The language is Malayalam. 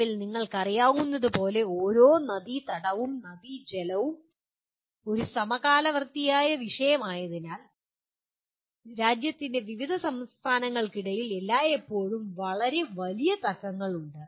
നിലവിൽ നിങ്ങൾക്കറിയാവുന്നതുപോലെ ഓരോ നദീതടവും നദി ജലം ഒരു സമകാലവർത്തിയായ വിഷയമായതിനാൽ രാജ്യത്തിന്റെ വിവിധ സംസ്ഥാനങ്ങൾക്കിടയിൽ എല്ലായ്പ്പോഴും വളരെ വലിയ തർക്കങ്ങൾ ഉണ്ട്